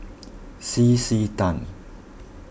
C C Tan